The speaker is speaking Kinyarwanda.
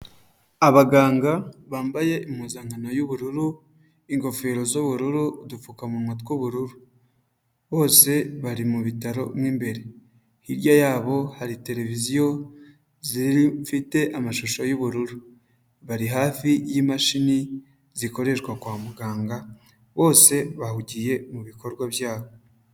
Abaganga bambaye impuzankano y'ubururu ingofero z'ubururu udupfukamunwa tw'ubururu, bose bari mubi bitaro mu imbere hirya yabo hari televiziyo zifite amashusho y'ubururu bari hafi y'imashini zikoreshwa kwa muganga bose bahugiye mu bikorwa byabo.